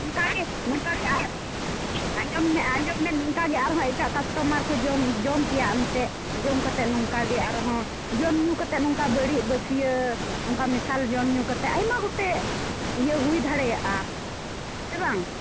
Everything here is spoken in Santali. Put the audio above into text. ᱱᱚᱝᱠᱟᱜᱮ ᱱᱚᱝᱠᱟᱜᱮ ᱟᱸᱡᱚᱢ ᱢᱮ ᱟᱸᱡᱚᱢ ᱢᱮ ᱱᱚᱝᱠᱟᱜᱮ ᱟᱨᱦᱚᱸ ᱮᱴᱟᱜ ᱠᱟᱥᱴᱚᱢᱟᱨ ᱡᱚᱢ ᱡᱚᱢ ᱠᱮᱭᱟ ᱮᱱᱛᱮᱫ ᱡᱚᱢ ᱠᱟᱛᱮᱜ ᱱᱚᱝᱠᱟᱜᱮ ᱟᱨᱦᱚᱸ ᱡᱚᱢ ᱧᱩ ᱠᱟᱛᱮᱜ ᱱᱚᱝᱠᱟ ᱵᱟᱹᱲᱤᱜ ᱵᱟᱥᱠᱮ ᱱᱚᱝᱠᱟ ᱢᱮᱥᱟᱞ ᱡᱚᱢᱼᱧᱩ ᱠᱟᱛᱮᱜ ᱟᱭᱢᱟ ᱜᱚᱴᱮᱡ ᱤᱭᱟᱹ ᱦᱩᱭ ᱫᱟᱲᱮᱭᱟᱜᱼᱟ ᱥᱮᱵᱟᱝ